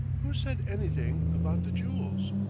who said anything about the jewels?